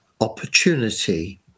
opportunity